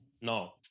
No